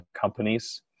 companies